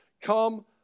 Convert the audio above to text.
come